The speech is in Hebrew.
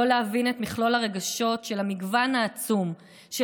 לא להבין את מכלול הרגשות של המגוון העצום של